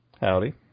Howdy